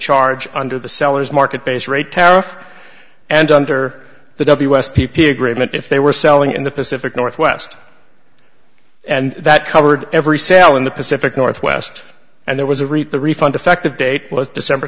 charge under the seller's market base rate tariff and under the ws p p agreement if they were selling in the pacific northwest and that covered every sale in the pacific northwest and there was a wreath the refund effective date was december